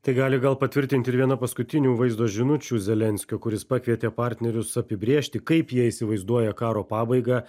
tai gali gal patvirtint ir viena paskutinių vaizdo žinučių zelenskio kur jis pakvietė partnerius apibrėžti kaip jie įsivaizduoja karo pabaigą